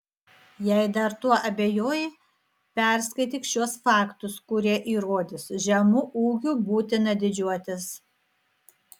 jei dar tuo abejoji perskaityk šiuos faktus kurie įrodys žemu ūgiu būtina didžiuotis